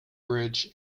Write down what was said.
bridge